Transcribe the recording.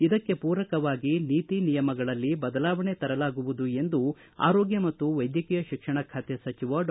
ಇದಕ್ಕೆ ಪೂರಕವಾಗಿ ನೀತಿ ನಿಯಮಗಳಲ್ಲಿ ಬದಲಾವಣೆ ತರಲಾಗುವುದು ಎಂದು ಆರೋಗ್ಗ ಮತ್ತು ವೈದ್ಯಕೀಯ ಶಿಕ್ಷಣ ಖಾತೆ ಸಚಿವ ಡಾ